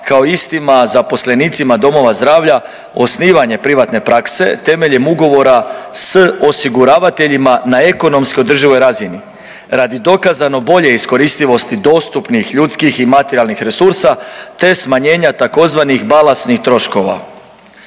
kao i istima zaposlenicima domova zdravlja osnivanje privatne prakse temeljem ugovora s osiguravateljima na ekonomski održivoj razini radi dokazano bolje iskoristivosti dostupnih ljudskih i materijalnih resursa te smanjenja tzv. balastnih troškova,